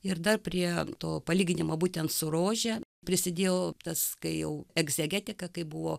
ir dar prie to palyginimo būtent su rože prisidėjo tas kai jau egzegetika kai buvo